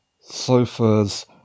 Sofa's